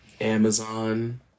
Amazon